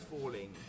falling